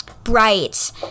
bright